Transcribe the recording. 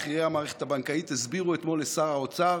בכירי המערכת הבנקאית הסבירו אתמול לשר האוצר